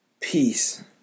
peace